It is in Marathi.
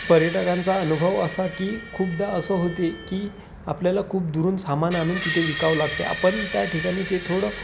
पर्यटकांचा अनुभव असा की खूपदा असं होते की आपल्याला खूप दुरून सामान आणून तिथे विकावं लागते आपण त्या ठिकाणी ते थोडं